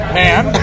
man